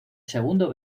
segundo